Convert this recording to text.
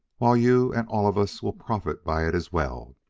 while you and all of us will profit by it as well.